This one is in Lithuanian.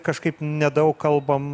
kažkaip nedaug kalbam